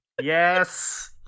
yes